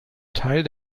teil